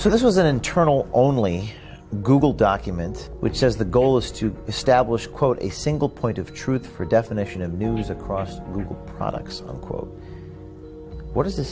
so this was an internal only google document which says the goal is to establish quote a single point of truth for definition of news across products quote what is